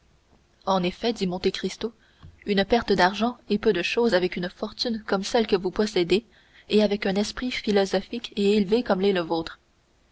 en effet répondit monte cristo une perte d'argent est peu de chose avec une fortune comme celle que vous possédez et avec un esprit philosophique et élevé comme l'est le vôtre